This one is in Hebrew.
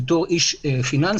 בתור איש פיננסי,